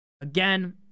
Again